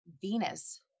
venus